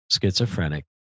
schizophrenic